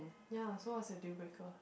ya so what's your deal breaker